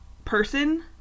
Person